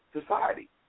society